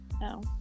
No